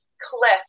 cliff